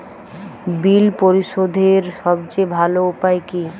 বিল পরিশোধের সবচেয়ে ভালো উপায় কী?